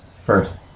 First